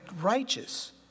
righteous